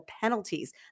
penalties